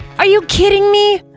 are you kidding me!